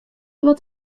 wat